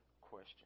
question